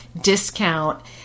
discount